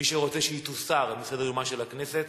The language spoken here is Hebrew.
מי שרוצה שהיא תוסר מסדר-יומה של הכנסת,